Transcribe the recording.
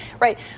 right